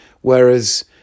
Whereas